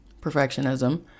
perfectionism